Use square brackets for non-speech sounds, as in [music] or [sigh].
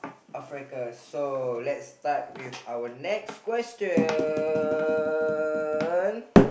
Africa so let's start with our next question [noise]